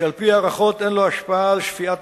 שעל-פי הערכות אין לו השפעה על שפיעת